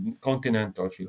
continental